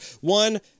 one